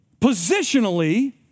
positionally